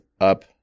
up